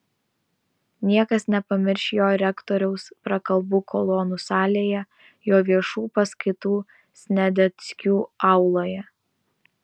niekas nepamirš jo rektoriaus prakalbų kolonų salėje jo viešų paskaitų sniadeckių auloje